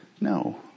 No